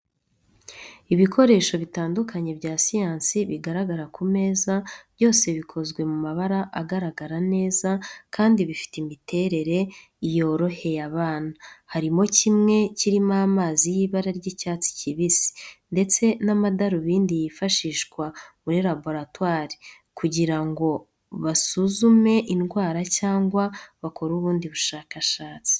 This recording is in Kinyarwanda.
Ibikoresho bitandukanye bya siyansi bigaragara ku meza, byose bikozwe mu mabara agaragara neza kandi bifite imiterere yoroheye abana, harimo kumwe kirimo amazi y'ibara ry'icyatsi kibisi, ndetse n'amadarubindi yifashishwa muri laboratwari kugira ngo basuzume indwara cyangwa bakore ubundi bushakashatsi.